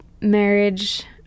marriage